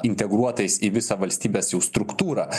integruotais į visą valstybės jų struktūrą